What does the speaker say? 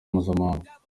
mpuzamahanga